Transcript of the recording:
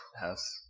house